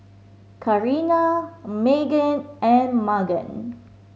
Carina Meghann and Magan